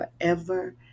forever